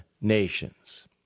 nations